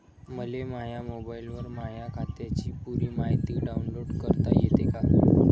मले माह्या मोबाईलवर माह्या खात्याची पुरी मायती डाऊनलोड करता येते का?